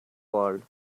world